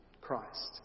Christ